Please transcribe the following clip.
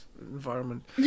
environment